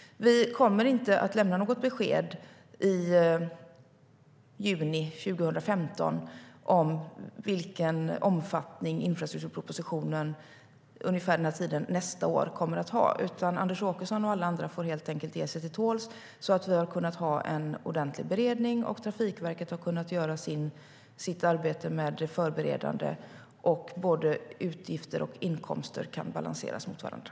Vi kommer inte att lämna något besked nu i juni 2015 om vilken omfattning infrastrukturpropositionen kommer att ha vid ungefär den här tiden nästa år. Anders Åkesson och alla andra får helt enkelt ge sig till tåls tills vi haft en ordentlig beredning, tills Trafikverket har kunnat göra sitt arbete med det förberedande och tills utgifter och inkomster kan balanseras mot varandra.